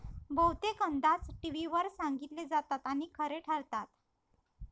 बहुतेक अंदाज टीव्हीवर सांगितले जातात आणि खरे ठरतात